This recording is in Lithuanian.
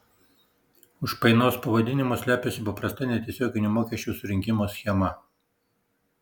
už painaus pavadinimo slepiasi paprasta netiesioginių mokesčių surinkimo schema